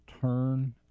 turn